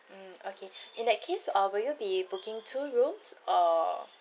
mm okay in that case uh will you be booking two rooms or